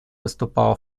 выступала